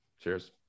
cheers